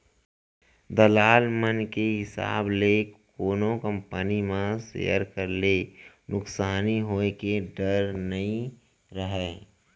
दलाल मन के हिसाब ले कोनो कंपनी म सेयर करे ले नुकसानी होय के डर ह नइ रहय